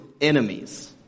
enemies